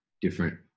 different